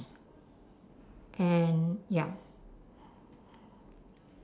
and ya